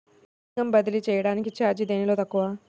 పైకం బదిలీ చెయ్యటానికి చార్జీ దేనిలో తక్కువ?